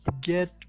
get